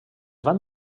van